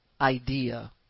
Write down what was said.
idea